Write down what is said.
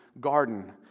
garden